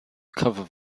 cover